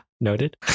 noted